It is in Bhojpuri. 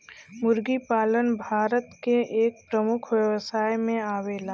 मुर्गी पालन भारत के एक प्रमुख व्यवसाय में आवेला